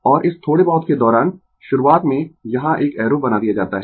और इस थोडें बहुत के दौरान शुरुआत में यहाँ एक एरो बना दिया जाता है